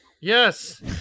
Yes